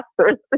pastors